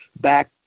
back